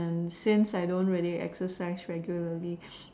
and since I don't really exercise regularly